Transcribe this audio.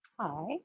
Hi